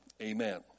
amen